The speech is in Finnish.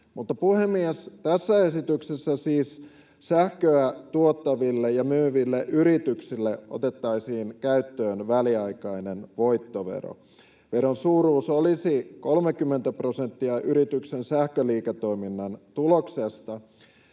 Mutta, puhemies, tässä esityksessä siis sähköä tuottaville ja myyville yrityksille otettaisiin käyttöön väliaikainen voittovero. Veron suuruus olisi 30 prosenttia yrityksen sähköliiketoiminnan tuloksesta